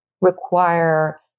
require